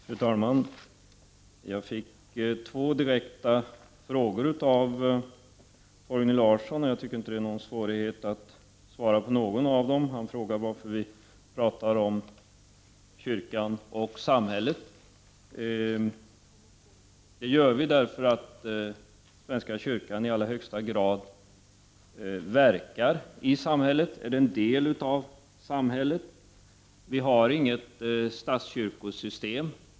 Fru talman! Jag fick två direkta frågor av Torgny Larsson. Jag tycker inte att det är någon svårighet att svara på någon av dem. Han frågar varför vi talar om kyrkan och samhället. Det gör vi därför att svenska kyrkan i allra högsta grad verkar i samhället och är en del av samhället. Vi har inget statskyrkosystem.